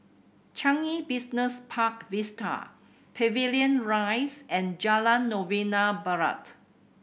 Changi Business Park Vista Pavilion Rise and Jalan Novena Barat